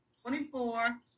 24